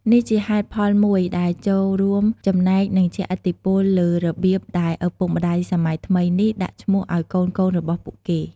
នេះជាហេតុផលមួយដែលចូលរួមចំណែក និងជះឥទ្ធិពលលើរបៀបដែលឪពុកម្ដាយសម័យថ្មីនេះដាក់ឈ្មោះឱ្យកូនៗរបស់ពួកគេ។